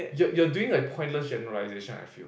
you're you're doing a pointless generalization I feel